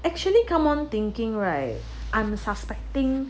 actually come on thinking right I'm suspecting